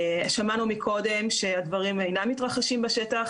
שמענו מקודם שהדברים אינם מתרחשים בשטח,